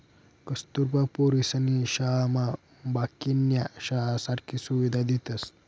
कस्तुरबा पोरीसनी शाळामा बाकीन्या शाळासारखी सुविधा देतस